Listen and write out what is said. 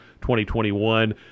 2021